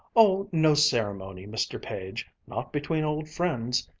oh, no ceremony, mr. page, not between old friends.